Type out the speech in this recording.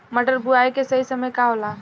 मटर बुआई के सही समय का होला?